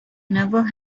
never